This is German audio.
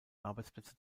arbeitsplätze